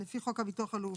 לפי חוק הביטוח הלאומי.